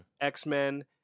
X-Men